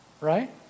right